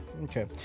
okay